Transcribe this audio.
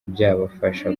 byabafasha